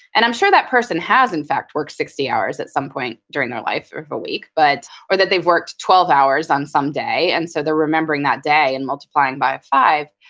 and i'm sure that person has in fact worked sixty hours at some point during their life or over a week, but or that they've worked twelve hours on some day. and so they're remembering that day and multiplying by five,